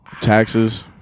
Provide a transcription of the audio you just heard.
taxes